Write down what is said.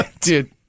dude